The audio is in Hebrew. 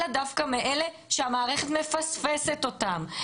אלא דווקא מאלה שהמערכת מפספסת אותם,